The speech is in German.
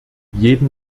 jeden